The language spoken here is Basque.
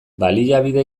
baliabide